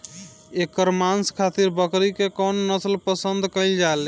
एकर मांस खातिर बकरी के कौन नस्ल पसंद कईल जाले?